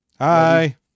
hi